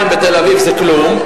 2,200 בתל-אביב זה כלום,